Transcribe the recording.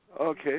Okay